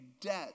debt